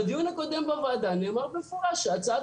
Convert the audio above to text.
בדיון הקודם בוועדה נאמר במפורש שהצעת